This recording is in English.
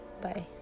Bye